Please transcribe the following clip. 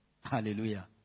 Hallelujah